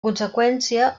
conseqüència